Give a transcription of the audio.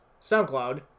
SoundCloud